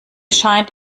scheint